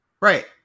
Right